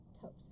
toast